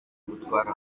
gutwara